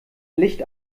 licht